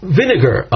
vinegar